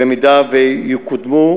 במידה שיקודמו,